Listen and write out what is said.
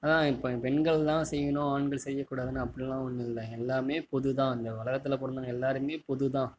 இப்போ பெண்கள்தான் செய்யணும் ஆண்கள் செய்யக் கூடாதுன்னு அப்படின்னுலாம் ஒன்றும் இல்லை எல்லாம் பொதுதான் இந்த உலகத்துல பொறந்தவங்க எல்லோருமே பொது தான்